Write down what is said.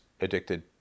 addicted